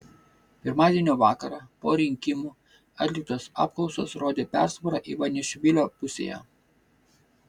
pirmadienio vakarą po rinkimų atliktos apklausos rodė persvarą ivanišvilio pusėje